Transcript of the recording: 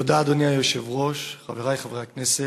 אדוני היושב-ראש, תודה, חברי חברי הכנסת,